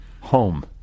home